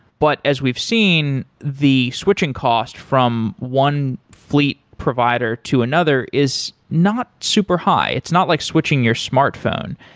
but as we've seen, the switching cost from one fleet provider to another is not super high. it's not like switching your smartphone.